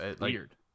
weird